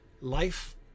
life